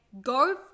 Go